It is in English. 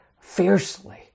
fiercely